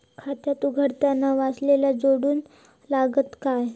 खाता उघडताना वारसदार जोडूचो लागता काय?